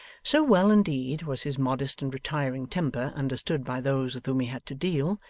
so well, indeed, was his modest and retiring temper understood by those with whom he had to deal,